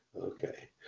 Okay